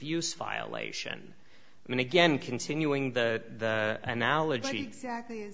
use violation i mean again continuing the analogy exactly